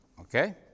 Okay